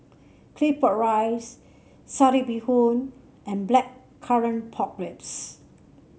Claypot Rice Satay Bee Hoon and Blackcurrant Pork Ribs